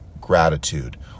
gratitude